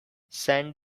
send